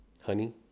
honey